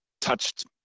touched